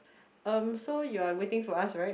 um so you are waiting for us [right]